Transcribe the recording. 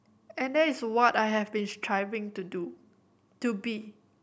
and there is what I have been striving to do to be